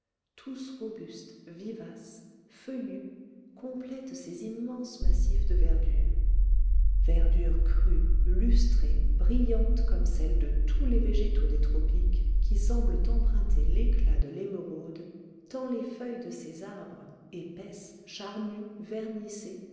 tous robustes vivaces feuillus complètent ces immenses massifs de verdure verdure crue lustrée brillante comme celle de tous les végétaux des tropiques qui semblent emprunter l'éclat de l'émeraude tant les feuilles de ces arbres épaisses charnues vernissées